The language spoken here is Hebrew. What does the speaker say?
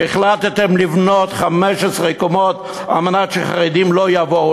שם החלטתם לבנות 15 קומות על מנת שחרדים לא יבואו,